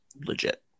legit